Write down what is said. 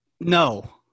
no